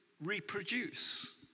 reproduce